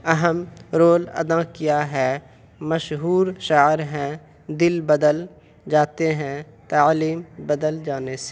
اہم رول ادا کیا ہے مشہور شاعر ہیں دل بدل جاتے ہیں تعلیم بدل جانے سے